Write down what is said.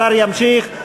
השר ימשיך.